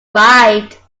ride